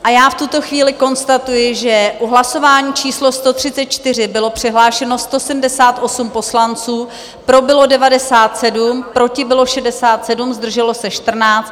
A já v tuto chvíli konstatuji, že u hlasování číslo 134 bylo přihlášeno 178 poslanců, pro bylo 97, proti bylo 67, zdrželo se 14.